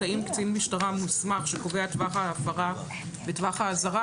האם קצין משטרה מוסמך שקובע את טווח ההפרה וטווח האזהרה,